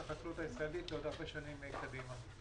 החקלאות הישראלית לעוד הרבה שנים קדימה.